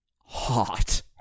hot